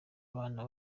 abana